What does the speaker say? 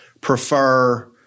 prefer